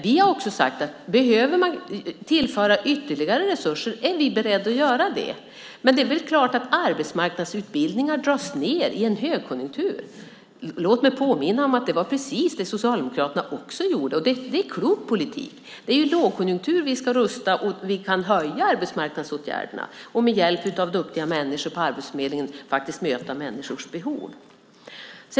Vi har också sagt att om det behöver tillföras ytterligare resurser är vi beredda att göra det. Men det är klart att arbetsmarknadsutbildningar dras ned i en högkonjunktur. Låt mig påminna om att det var precis det som också Socialdemokraterna gjorde, och det är klok politik. Det är i lågkonjunktur vi ska rusta och vi kan höja arbetsmarknadsåtgärderna och med hjälp av duktiga människor på Arbetsförmedlingen faktiskt möta människors behov.